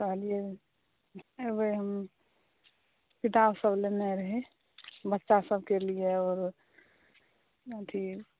कहलियै अयबै हम किताब सभ लेनाइ रहै बच्चा सभकेँ लिए आओर अथी